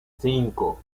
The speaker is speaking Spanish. cinco